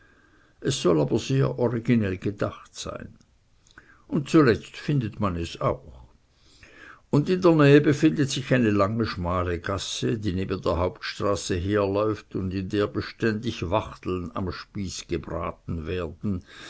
es soll aber sehr originell gedacht sein und zuletzt findet man es auch und in der nähe befindet sich eine lange schmale gasse die neben der hauptstraße herläuft und in der beständig wachteln am spieß gebraten werden